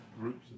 Groups